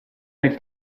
nel